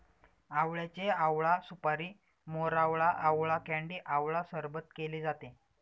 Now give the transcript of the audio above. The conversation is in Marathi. आवळ्याचे आवळा सुपारी, मोरावळा, आवळा कँडी आवळा सरबत केले जाते